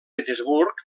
petersburg